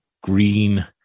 green